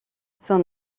son